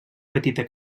petita